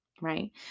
right